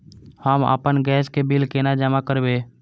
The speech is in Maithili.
हम आपन गैस के बिल केना जमा करबे?